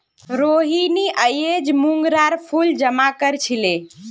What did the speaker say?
रोहिनी अयेज मोंगरार फूल जमा कर छीले